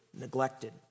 neglected